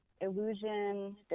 illusion